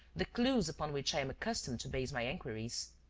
the clues upon which i am accustomed to base my inquiries.